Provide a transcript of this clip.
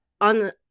on